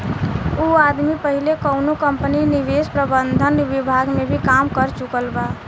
उ आदमी पहिले कौनो कंपनी में निवेश प्रबंधन विभाग में भी काम कर चुकल बा